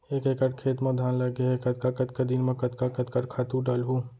एक एकड़ खेत म धान लगे हे कतका कतका दिन म कतका कतका खातू डालहुँ?